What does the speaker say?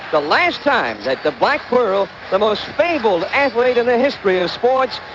the last time that the black world, the most fabled athlete in the history of sports,